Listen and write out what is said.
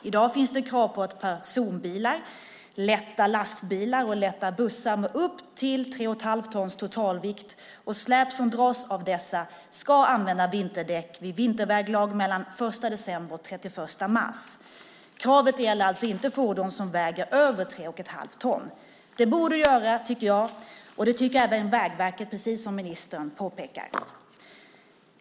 I dag finns det krav på att personbilar, lätta lastbilar och lätta bussar med upp till tre och ett halvt tons totalvikt och släp som dras av dessa ska använda vinterdäck vid vinterväglag mellan den 1 december och den 31 mars. Kravet gäller alltså inte fordon som väger över tre och ett halvt ton. Det borde det göra, tycker jag. Det tycker även Vägverket, precis som ministern påpekar.